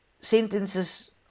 sentences